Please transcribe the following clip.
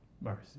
Mercy